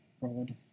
broad